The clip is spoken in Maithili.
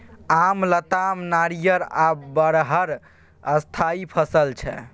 आम, लताम, नारियर आ बरहर स्थायी फसल छै